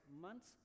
months